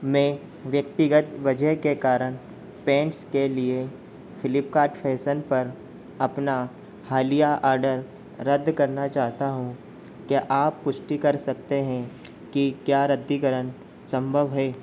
मैं व्यक्तिगत वजह के कारण पैंट्स के लिए फ़िलिपकार्ट फै़सन पर अपना हालिया आडर रद्द करना चाहता हूँ क्या आप पुष्टि कर सकते हैं कि क्या रद्दीकरण संभव है